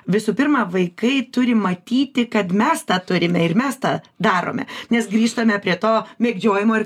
visų pirma vaikai turi matyti kad mes tą turime ir mes tą darome nes grįžtame prie to mėgdžiojimo ir